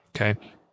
Okay